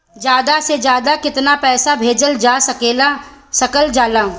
ज्यादा से ज्यादा केताना पैसा भेजल जा सकल जाला?